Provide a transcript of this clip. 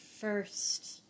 first